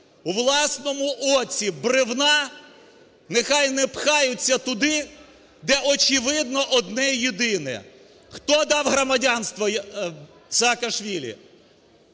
у власному оці бревна, нехай не пхаються туди, де очевидно одне-єдине. Хто дав громадянство Саакашвілі?